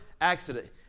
accident